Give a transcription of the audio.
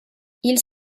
ils